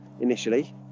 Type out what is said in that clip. initially